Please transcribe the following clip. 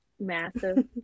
massive